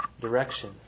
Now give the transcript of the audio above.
direction